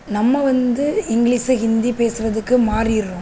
நம்ம வந்து இங்கிலீஷு ஹிந்தி பேசுகிறதுக்கு மாறிடுறோம்